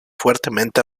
fuertemente